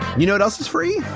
you know what else is free?